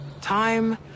Time